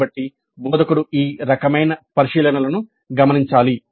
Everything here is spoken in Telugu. కాబట్టి బోధకుడు ఈ రకమైన పరిశీలనలను గమనించాలి